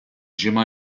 ġimgħa